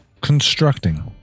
constructing